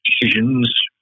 decisions